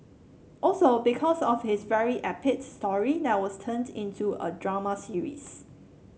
also because of his very epic story that was turned into a drama series